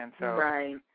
Right